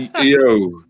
Yo